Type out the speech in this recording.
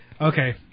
Okay